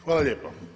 Hvala lijepo.